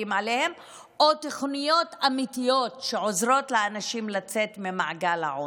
עליהם או תוכניות אמיתיות שעוזרות לאנשים לצאת ממעגל העוני.